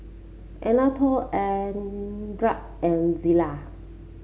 Anatole Andria and Zillah